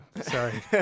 sorry